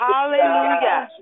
Hallelujah